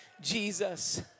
Jesus